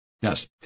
Yes